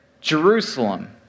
Jerusalem